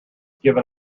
given